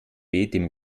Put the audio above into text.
dem